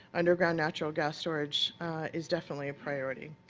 underground natural gas storage is definitely a priority.